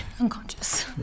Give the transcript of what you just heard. Unconscious